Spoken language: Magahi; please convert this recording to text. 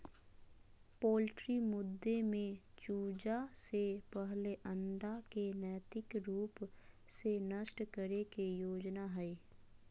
पोल्ट्री मुद्दे में चूजा से पहले अंडा के नैतिक रूप से नष्ट करे के योजना हइ